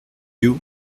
you